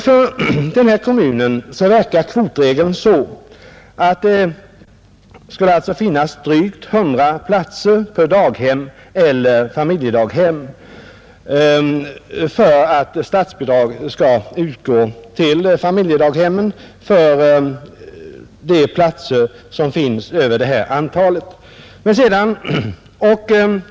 För den här kommunen verkar kvotregeln så att det alltså skulle finnas ärygt 100 platser i daghem eller familjedaghem för att statsbidrag skall utgå till familjedaghem utöver detta antal.